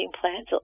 plans